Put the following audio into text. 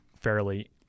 fairly